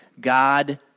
God